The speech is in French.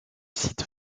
site